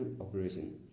operation